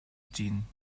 gene